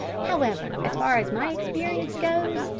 however, as far as my experience goes,